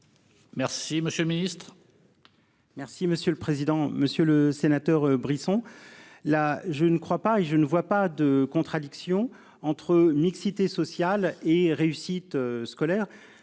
Merci monsieur le ministre.